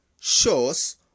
shows